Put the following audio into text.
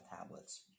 tablets